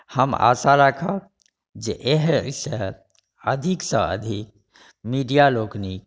हम आशा राखब जे एहिसँ अधिक संँ अधिक मिडिया लोकनिकेॅं